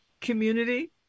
community